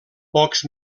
pocs